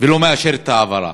ולא מאשרת את ההעברה.